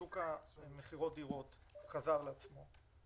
שוק מכירת הדירות חזר לעצמו.